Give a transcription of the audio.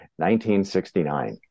1969